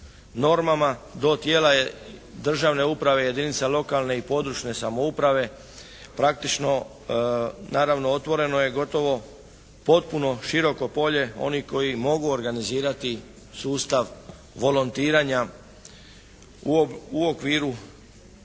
normama to tijela državne uprave jedinica lokalne i područne samouprave praktično naravno otvoreno je gotovo potpuno široko polje onih koji mogu organizirati sustav volontiranja u okviru